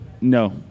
No